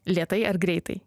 lėtai ar greitai